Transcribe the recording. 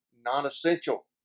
non-essential